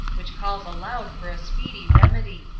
which calls aloud for a speedy remedy.